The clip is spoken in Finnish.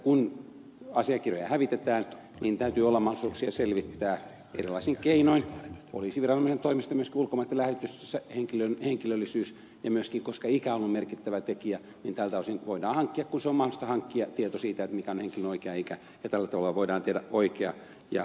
kun asiakirjoja hävitetään niin täytyy olla mahdollisuuksia selvittää erilaisin keinoin poliisiviranomaisen toimesta myöskin ulkomaitten lähetystöissä henkilön henkilöllisyys ja myöskin koska ikä on ollut merkittävä tekijä tältä osin voidaan hankkia kun se on mahdollista hankkia tieto siitä mikä on henkilön oikea ikä ja tällä tavalla voidaan tehdä oikea ja oikeudellisesti turvalli nen ratkaisu